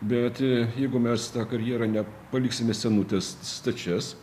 bet jeigu mes tą karjerą nepaliksime senutės stačias